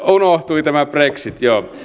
unohtui tämä brexit joo